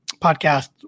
podcast